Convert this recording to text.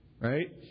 Right